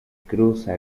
cruza